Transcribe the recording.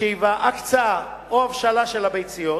הקצאה או הבשלה של ביציות